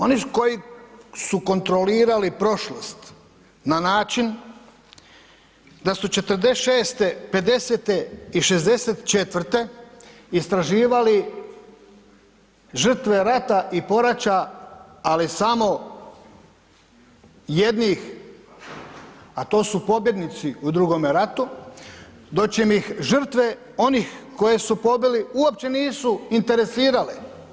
Oni koji su kontrolirali prošlost na način da su 46.-te, 50.-te i 64.-te istraživali žrtve rata i poraća, ali samo jednih, a to su pobjednici u drugome ratu, doćim ih žrtve onih koje su pobili uopće nisu interesirale.